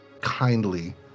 kindly